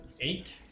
Eight